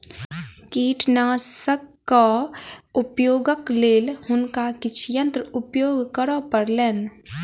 कीटनाशकक उपयोगक लेल हुनका किछ यंत्र उपयोग करअ पड़लैन